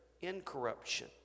incorruption